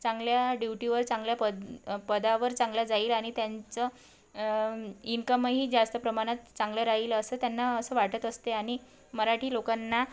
चांगल्या ड्युटीवर चांगल्या पद पदावर चांगल्या जाईल आणि त्यांचं इन्कमही जास्त प्रमाणात चांगलं राहील असं त्यांना असं वाटत असते आणि मराठी लोकांना